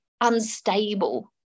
unstable